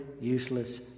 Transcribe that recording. useless